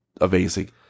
amazing